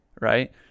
Right